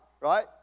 right